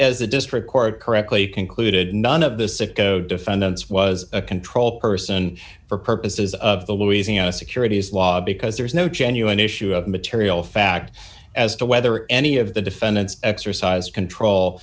as the district court correctly concluded none of the sicko defendants was a control person for purposes of the louisiana securities law because there is no genuine issue of material fact as to whether any of the defendants exercise control